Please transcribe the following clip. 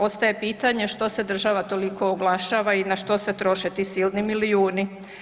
Ostaje pitanje što se država toliko oglašava i na što se troše ti silni milijuni.